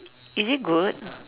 is it good